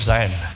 Zion